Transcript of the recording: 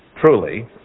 truly